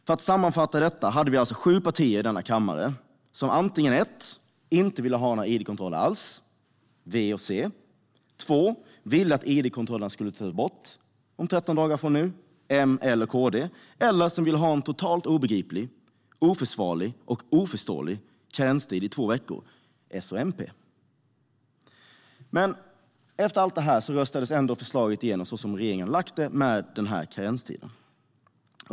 För att sammanfatta: Vi hade alltså sju partier i denna kammare som antingen inte ville ha några id-kontroller alls, V och C, eller ville att id-kontrollerna skulle tas bort om 13 dagar från nu, M, L och KD, eller ville ha en totalt obegriplig och oförsvarlig karenstid i två veckor, S och MP. Efter allt detta röstades ändå förslaget igenom så som regeringen hade lagt fram det, alltså med karenstiden.